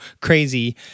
crazy